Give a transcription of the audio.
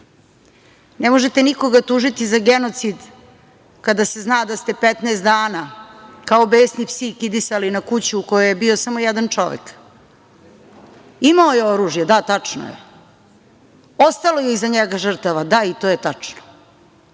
Ne možete nikoga tužiti za genocid kada se zna da ste 15 dana, kao besni psi, kidisali na kuću u kojoj je bio samo jedan čovek. Imao je oružje, da, tačno je. Ostalo je iza njega žrtava, da, i to je tačno. Jako